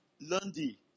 Lundi